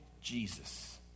Jesus